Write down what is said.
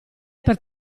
per